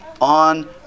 on